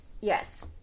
Yes